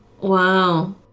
wow